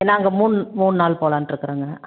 ஏன்னால் அங்கே மூணு மூணு நாள் போகலான்ட்டு இருக்கிறோங்க